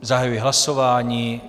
Zahajuji hlasování.